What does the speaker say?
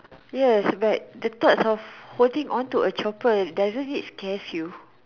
yes but the thoughts of holding on to a chopper doesn't it scares you